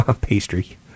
pastry